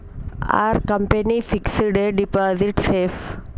Are company fixed deposit safe?